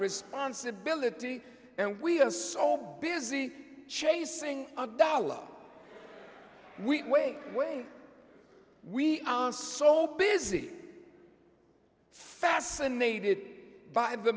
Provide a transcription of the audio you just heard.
responsibility and we are so busy chasing a dollar we wait we are so busy fascinated by the